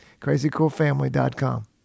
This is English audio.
Crazycoolfamily.com